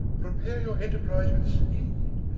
prepare your enterprise with speed.